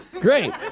Great